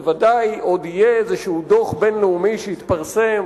בוודאי עוד יהיה איזה דוח בין-לאומי שיתפרסם,